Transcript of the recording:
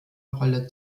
rolle